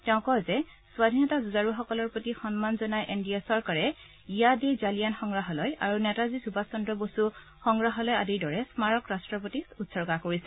তেওঁ কয় যে স্বাধীনতা যুঁজাৰুসকলৰ প্ৰতি সন্মান জনাই এন ডি এ চৰকাৰে য়াদ এ জালিয়ান সংগ্ৰাহালয় আৰু নেতাজী সুভাষ চন্দ্ৰ বসু সংগ্ৰাহালয় আদিৰ দৰে স্মাৰক ৰট্টৰ প্ৰতি উৎসৰ্গা কৰিছে